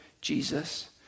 Jesus